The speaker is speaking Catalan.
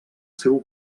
seu